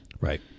right